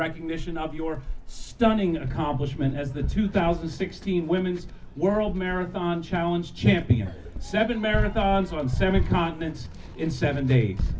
recognition of your stunning accomplishment as the two thousand and sixteen women's world marathon challenge champion seven marathons one seven continents in seven days